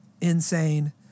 insane